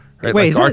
Wait